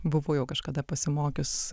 buvau jau kažkada pasimokius